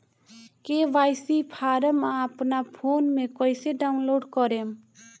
KYC form अपना phone मे कइसे डाऊनलोड करेम?